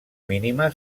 mínima